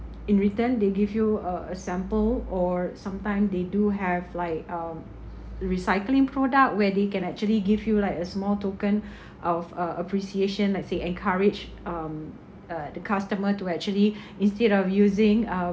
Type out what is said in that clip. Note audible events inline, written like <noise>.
in return they give you a a sample or sometime they do have like uh recycling product where they can actually give you like a small token <breath> of uh appreciation let's say encourage um uh the customer to actually <breath> instead of using